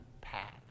path